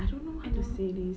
I don't know how to say this